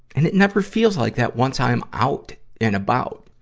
and it never feels like that once i'm out and about.